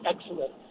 excellent